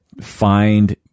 find